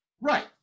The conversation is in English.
Right